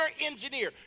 engineer